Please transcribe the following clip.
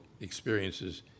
experiences